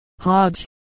Hodge